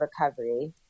recovery